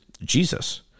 Jesus